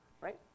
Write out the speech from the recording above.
right